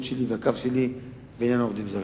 שלי והקו שלי בעניין העובדים הזרים.